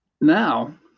now